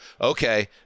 okay